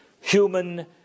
human